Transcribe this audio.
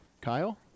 Kyle